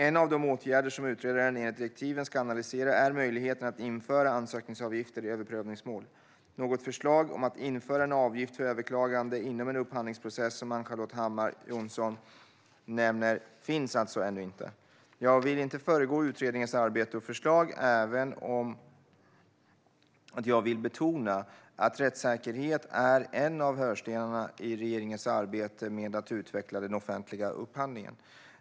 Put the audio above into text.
En av de åtgärder som utredaren enligt direktiven ska analysera är möjligheten att införa ansökningsavgifter i överprövningsmål. Något förslag om att införa en avgift för överklagande inom en upphandlingsprocess, som Ann-Charlotte Hammar Johnsson nämner, finns alltså ännu inte. Jag vill inte föregå utredningens arbete och förslag, även om jag vill betona att rättssäkerhet är en av hörnstenarna i regeringens arbete med att utveckla den offentliga upphandlingen.